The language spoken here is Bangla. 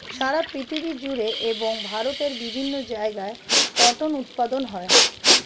সারা পৃথিবী জুড়ে এবং ভারতের বিভিন্ন জায়গায় কটন উৎপাদন হয়